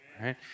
right